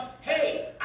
hey